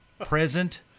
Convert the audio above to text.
present